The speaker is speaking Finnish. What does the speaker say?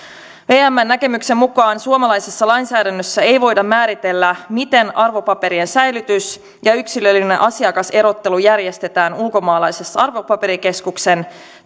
vmn näkemyksen mukaan suomalaisessa lainsäädännössä ei voida määritellä miten arvopaperien säilytys ja yksilöllinen asiakaserottelu järjestetään ulkomaalaisen arvopaperikeskuksen